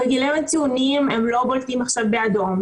בגיליון ציונים הם לא בולטים עכשיו באדום.